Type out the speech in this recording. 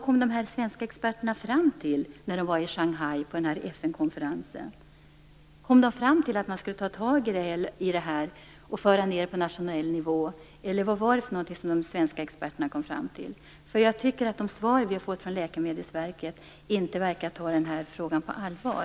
Kom de fram till att man skall ta tag i detta och föra ned det på nationell nivå eller till något annat? Av de svar som vi har fått från Läkemedelsverket verkar det som om man inte tar den här frågan på allvar.